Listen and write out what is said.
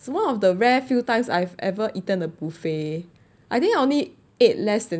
one of the rare few times I've ever eaten a buffet I think I only ate less than